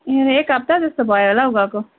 यिनीहरू एक हप्ता जस्तो भयो होला हौ गएको